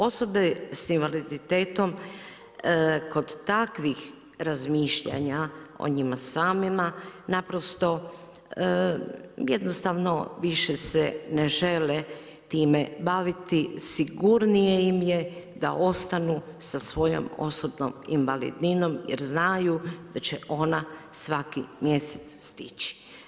Osobe sa invaliditetom kod takvih razmišljanja o njima samima naprosto jednostavno više se ne žele time baviti, sigurnije im je da ostanu sa svojom osobnom invalidninom jer znaju da će ona svaki mjesec stići.